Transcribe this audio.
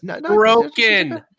broken